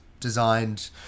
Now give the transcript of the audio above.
designed